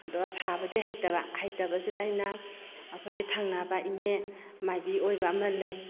ꯑꯗꯣ ꯁꯥꯕꯗꯤ ꯍꯩꯇꯕ ꯍꯩꯇꯕꯁꯤꯗ ꯑꯩꯅ ꯑꯩꯈꯣꯏꯒꯤ ꯊꯪꯅꯕ ꯏꯅꯦ ꯃꯥꯏꯕꯤ ꯑꯣꯏꯕ ꯑꯃ ꯂꯩ